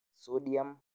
sodium